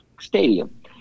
stadium